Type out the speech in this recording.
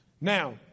Now